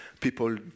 people